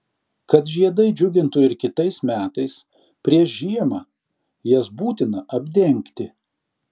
kad žiedai džiugintų ir kitais metais prieš žiemą jas būtina apdengti